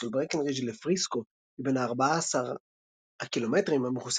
מסלול ברקנרידג' לפריסקו בין ה-14 הקילומטרים המכוסה